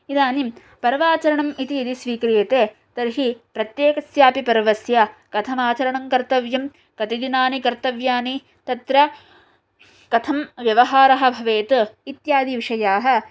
इदानीं पर्वाचरणम् इति यदि स्वीक्रियते तर्हि प्रत्येकस्यापि पर्वस्य कथमाचरणङ्कर्तव्यं कति दिनानि कर्तव्यानि तत्र कथं व्यवहारः भवेत् इत्यादिविषयाः